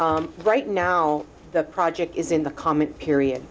in right now the project is in the comment period